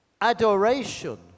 adoration